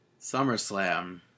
SummerSlam